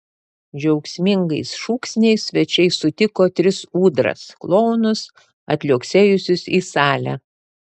džiaugsmingais šūksniais svečiai sutiko tris ūdras klounus atliuoksėjusius į salę